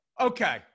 okay